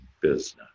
business